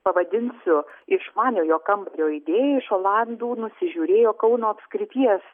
pavadinsiu išmaniojo kambario idėją iš olandų nusižiūrėjo kauno apskrities